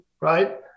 right